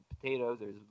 potatoes